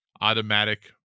automatic